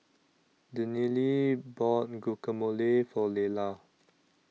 Daniele bought Guacamole For Leyla